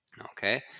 okay